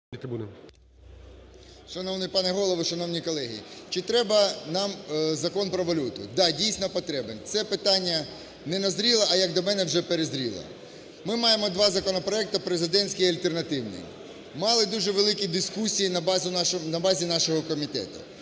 Шановний пане Голово, шановні колеги, чи треба нам Закон про валюту? Да, дійсно потрібен, це питання не назріло, а, як до мене, вже перезріло. Ми маємо два законопроекти: президентський і альтернативний. Мали дуже великі дискусії на базі нашого комітету.